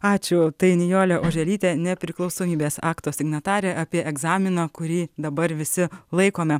ačiū tai nijolė oželytė nepriklausomybės akto signatarė apie egzaminą kurį dabar visi laikome